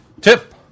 Tip